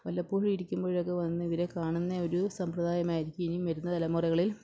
വല്ലപ്പോഴും ഇരിക്കുമ്പോഴൊക്കെ വന്ന് ഇവരെ കാണുന്ന ഒരു സമ്പ്രദായം ആയിരിക്കും ഇനി വരുന്ന തലമുറകളിൽ